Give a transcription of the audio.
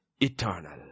eternal